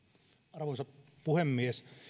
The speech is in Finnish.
arvoisa puhemies